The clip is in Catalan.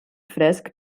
fresc